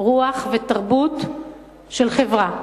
רוח ותרבות של חברה.